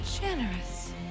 Generous